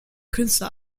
künstler